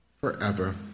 forever